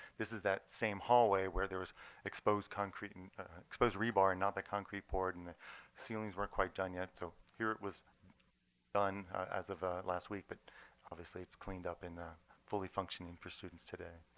this is that same hallway where there was exposed concrete and exposed rebar and not the concrete poured, and the ceilings were quite done yet. so here it was done as of last week. but obviously it's cleaned up in and fully functioning for students today.